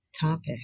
topic